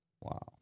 Wow